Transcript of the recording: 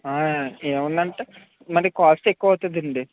ఆ ఏవన్నంటే మరి కాస్ట్ ఎక్కువవుదాదండి